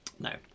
No